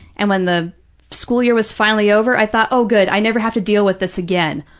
and when the school year was finally over, i thought, oh, good, i never have to deal with this again.